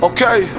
Okay